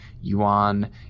yuan